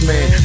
Man